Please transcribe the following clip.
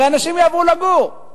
הרי אנשים יעברו לגור,